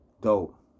dope